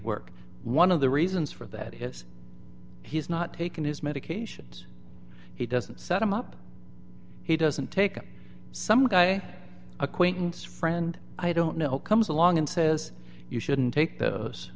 work one of the reasons for that is he's not taking his medications he doesn't set him up he doesn't take up some guy acquaintance friend i don't know comes along and says you shouldn't take those